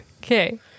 Okay